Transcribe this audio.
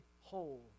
whole